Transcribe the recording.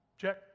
Check